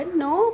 no